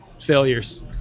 failures